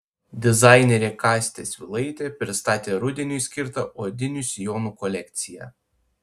dizainerė kastė svilaitė pristatė rudeniui skirtą odinių sijonų kolekciją